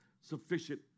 sufficient